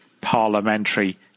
parliamentary